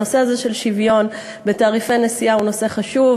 הנושא הזה של שוויון בתעריפי נסיעה הוא נושא חשוב.